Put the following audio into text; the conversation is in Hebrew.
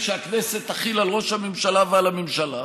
שהכנסת תחיל על ראש הממשלה ועל הממשלה,